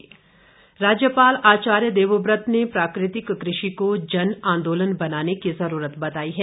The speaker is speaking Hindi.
राज्यपाल राज्यपाल आचार्य देवव्रत ने प्राकृतिक कृषि को जन आंदोलन बनाने की जरूरत बताई है